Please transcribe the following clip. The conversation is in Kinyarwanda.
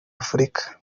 afurika